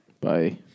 Bye